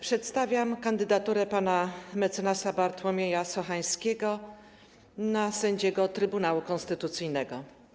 Przedstawiam kandydaturę pana mecenasa Bartłomieja Sochańskiego na sędziego Trybunału Konstytucyjnego.